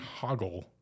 Hoggle